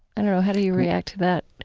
and how do you react to that?